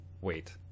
wait